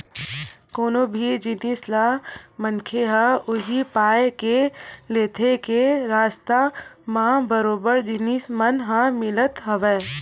कोनो भी जिनिस ल मनखे ह उही पाय के लेथे के सस्ता म बरोबर जिनिस मन ह मिलत हवय